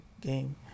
game